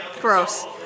Gross